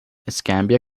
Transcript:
escambia